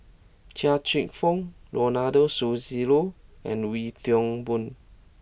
Chia Cheong Fook Ronald Susilo and Wee Toon Boon